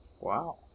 Wow